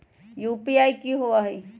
UPI कि होअ हई?